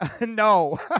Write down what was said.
No